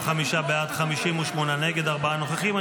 45 בעד, 58 נגד, ארבעה נוכחים.